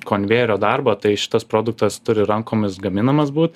konvejerio darbo tai šitas produktas turi rankomis gaminamas būt